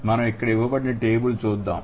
మనం ఇక్కడ ఇవ్వబడిన టేబుల్ చూద్దాం